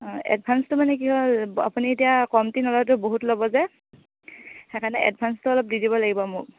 অঁ এডভানঞ্চটো মানে কি হ'ল আপুনি এতিয়া কমটি নলয়টো বহুত ল'ব যে সেইকাৰণে এডভান্ঞ্চটো অলপ দি দিব লাগিব মোক